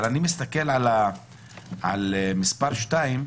אבל מסתכל על מס' 2: